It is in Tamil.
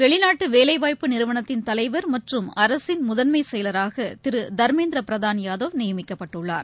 வெளிநாட்டுவேலைவாய்ப்பு நிறுவனத்தின் தலைவர் மற்றும் அரசின் முதன்மைச்செயலாளராகதிருதர்மேந்திரபிரதான் யாதவ் நியமிக்கப்பட்டுள்ளார்